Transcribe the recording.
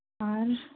ᱟᱨ